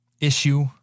issue